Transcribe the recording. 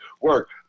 work